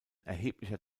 erheblicher